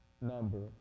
number